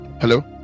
Hello